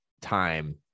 time